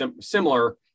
similar